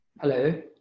Hello